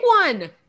one